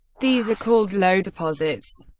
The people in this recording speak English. these are called lode deposits.